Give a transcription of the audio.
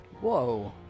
Whoa